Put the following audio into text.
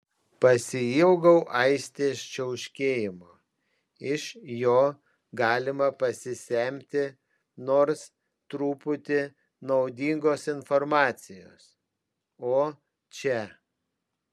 pasiilgau aistės čiauškėjimo iš jo galima pasisemti nors truputį naudingos informacijos o čia